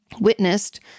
witnessed